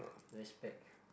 respect